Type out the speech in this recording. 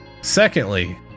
Secondly